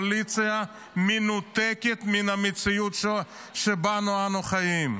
הקואליציה מנותקת מן המציאות שבה אנו חיים.